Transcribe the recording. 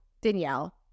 Danielle